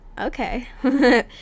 Okay